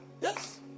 Yes